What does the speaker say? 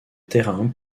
terrain